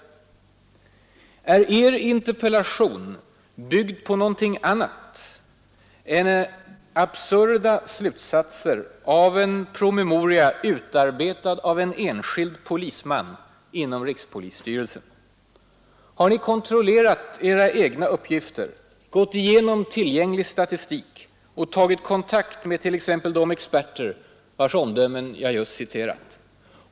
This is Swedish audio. Är Er interpellation byggd på något annat än absurda slutsatser av en promemoria utarbetad av en enskild polisman inom rikspolisstyrelsen? Har Ni kontrollerat Era egna uppgifter, gått igenom tillgänglig statistik och tagit kontakt med t.ex. de experter vars omdömen jag just citerat?